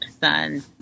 son